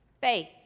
Faith